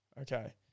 okay